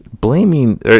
blaming